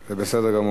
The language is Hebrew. בסדר,